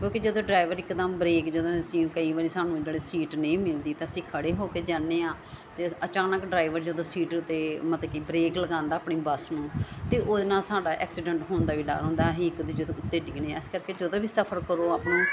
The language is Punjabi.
ਕਿਉਂਕਿ ਜਦੋਂ ਡਰਾਈਵਰ ਇੱਕਦਮ ਬਰੇਕ ਜਦੋਂ ਅਸੀਂ ਕਈ ਵਾਰੀ ਸਾਨੂੰ ਸੀਟ ਨਹੀਂ ਮਿਲਦੀ ਤਾਂ ਅਸੀਂ ਖੜ੍ਹੇ ਹੋ ਕੇ ਜਾਂਦੇ ਹਾਂ ਅਤੇ ਅਚਾਨਕ ਡਰਾਈਵਰ ਜਦੋਂ ਸੀਟ 'ਤੇ ਮਤਲਬ ਬਰੇਕ ਲਗਾਉਂਦਾ ਆਪਣੀ ਬੱਸ ਨੂੰ ਅਤੇ ਉਹਦੇ ਨਾਲ ਸਾਡਾ ਐਕਸੀਡੈਂਟ ਹੋਣ ਦਾ ਵੀ ਡਰ ਹੁੰਦਾ ਅਸੀਂ ਇੱਕ ਦੂਜੇ ਦੇ ਉੱਤੇ ਡਿੱਗਣੇ ਹਾਂ ਇਸ ਕਰਕੇ ਜਦੋਂ ਵੀ ਸਫਰ ਕਰੋ ਆਪਣਾ